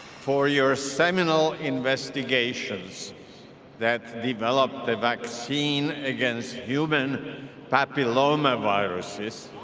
for your seminal investigations that developed a vaccine against human papillomaviruses